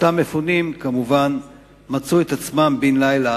אותם מפונים, כמובן, מצאו את עצמם בן לילה